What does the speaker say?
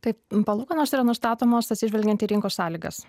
taip palūkanos yra nustatomos atsižvelgiant į rinkos sąlygas